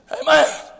Amen